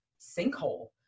sinkhole